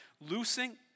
loosing